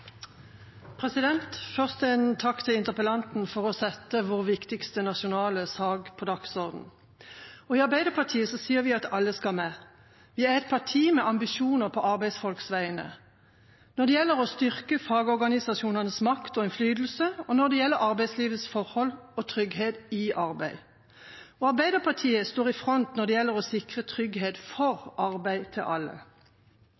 Først en takk til interpellanten for å sette vår viktigste nasjonale sak på dagsordenen. I Arbeiderpartiet sier vi at alle skal med. Vi er et parti med ambisjoner på arbeidsfolks vegne når det gjelder å styrke fagorganisasjonenes makt og innflytelse, og når det gjelder arbeidslivets forhold og trygghet i arbeid. Arbeiderpartiet står i front når det gjelder å sikre trygghet